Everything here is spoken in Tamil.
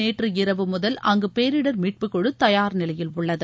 நேற்று இரவு முதல் அங்கு பேரிடர் மீட்புக்குழு தயார் நிலையில் உள்ளது